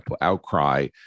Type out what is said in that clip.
outcry